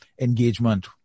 engagement